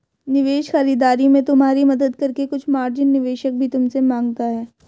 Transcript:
निवेश खरीदारी में तुम्हारी मदद करके कुछ मार्जिन निवेशक भी तुमसे माँगता है